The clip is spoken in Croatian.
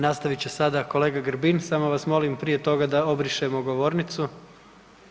Nastavit će sada kolega Grbin, samo vas molim prije toga da obrišemo govornicu.